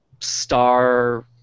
star